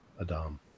Adam